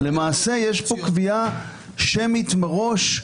למעשה יש פה קביעה שמית מראש.